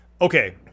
okay